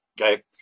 okay